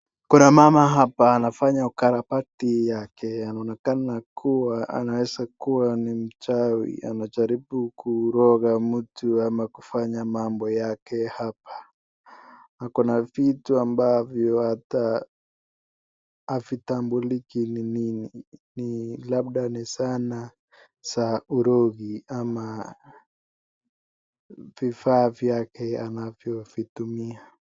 Kuna mama hapa anafanya ukarabati yake anaonekana kuwa anaweza kuwa ni mchawi anajaribu kuroga mtu ama kufanya mambo yake hapa ,ako na vitu ambavyo hata havitambuliki ni nini, ni labda ni sana za urogi ama vifaa vyake anavyovitumia.